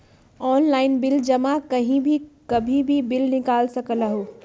Online bill जमा कहीं भी कभी भी बिल निकाल सकलहु ह?